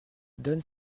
donne